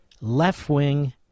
left-wing